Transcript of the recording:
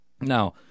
Now